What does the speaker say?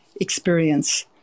experience